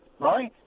right